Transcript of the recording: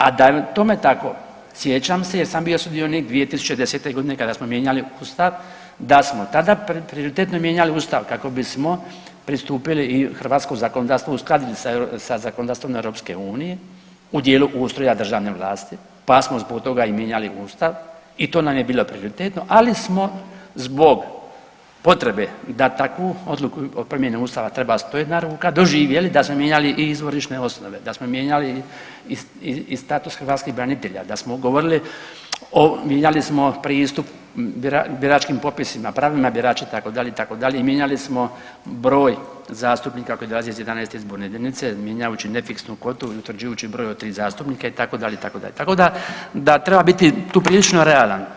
A da je tome tako sjećam se jer sam bio sudionik 2010.g. kada smo mijenjali Ustav da smo tada prioritetno mijenjali Ustav kako bismo pristupili i hrvatsko zakonodavstvo uskladili sa zakonodavstvom EU u dijelu ustroja državne vlasti pa smo zbog toga mijenjali i Ustav i to nam je bilo prioritetno, ali smo zbog potrebe da takvu odluku o promjeni Ustava treba 101 ruka doživjeli da smo mijenjali i izvorišne osnove, da smo mijenjali i status hrvatskih branitelja, da smo govorili o mijenjali smo pristup biračkim popisima, pravilima birača itd., itd. i mijenjali smo broj zastupnika koji dolaze iz 11. izborne jedinice mijenjajući ne fiksnu kvotu i utvrđujući broj od tri zastupnika itd., itd. tako da treba biti tu prilično realan.